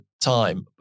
time